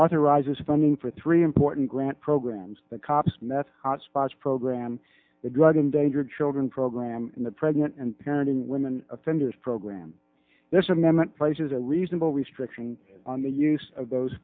authorizes funding for three important grant programs the cops meth hot spots program the drug endangered children program in the pregnant and parenting women offenders program this amendment places a reasonable restriction on the use of those